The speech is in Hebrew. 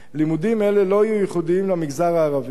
לימודים אלה לא יהיו ייחודיים למגזר הערבי,